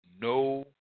no